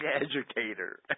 educator